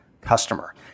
customer